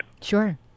Sure